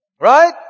Right